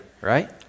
right